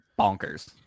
bonkers